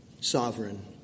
sovereign